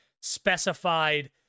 specified